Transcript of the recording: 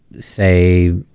say